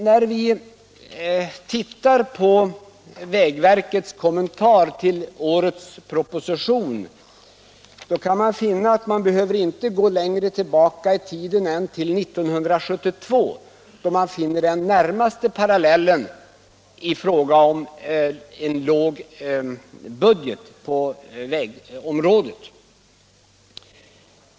När vi tittar på vägverkets kommentar till årets proposition finner vi att man inte behöver gå längre tillbaka i tiden än till 1972 för att få den närmaste parallellen i fråga om en låg budget på vägområdet.